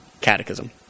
catechism